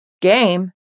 Game